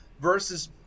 versus